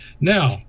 Now